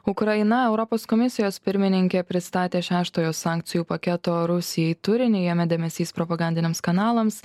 ukraina europos komisijos pirmininkė pristatė šeštojo sankcijų paketo rusijai turinį jame dėmesys propagandiniams kanalams